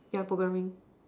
yeah programming